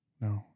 No